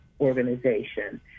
Organization